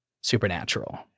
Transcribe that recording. Supernatural